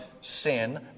sin